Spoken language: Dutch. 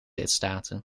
lidstaten